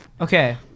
okay